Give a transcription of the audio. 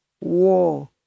war